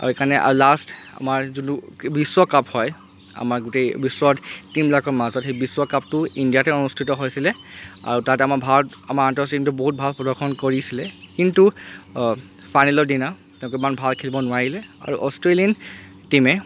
আৰু সেইকাৰণে আৰু লাষ্ট আমাৰ যোনটো বিশ্বকাপ হয় আমাৰ গোটেই বিশ্বত টিমবিলাকৰ মাজত সেই বিশ্ৱকাপটো ইণ্ডিয়াতে অনুস্থিত হৈছিলে আৰু তাত আমাৰ ভাৰত আমাৰ আন্তঃৰাষ্ট্ৰীয় টিমটো বহুত ভাল প্ৰদৰ্শন কৰিছিলে কিন্তু ফাইনেলৰ দিনা তেওঁলোকে ইমান ভাল খেলিব নোৱাৰিলে আৰু অষ্ট্ৰেলিয়ান টিমে